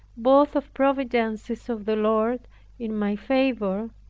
both of providences of the lord in my favor,